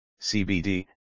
CBD